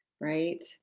right